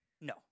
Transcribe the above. No